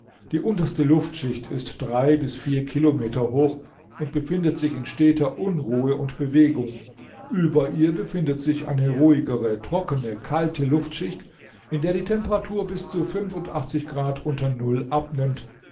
die unterste luftschicht ist drei bis vier kilometer hoch und befindet sich in steter unruhe und bewegung über ihr befindet sich eine ruhigere trockene kalte luftschicht in der die temperatur bis zu grad unter null abnimmt